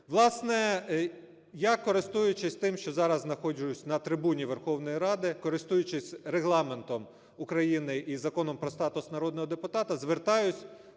Власне, я, користуючись тим, що зараз знаходжусь на трибуні Верховної Ради, користуючись Регламентом України і Законом про статус народного депутата, звертаюсь